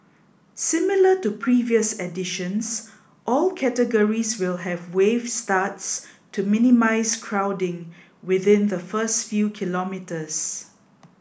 similar to previous editions all categories will have wave starts to minimise crowding within the first few kilometres